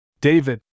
David